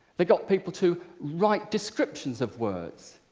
they got people to write descriptions of words,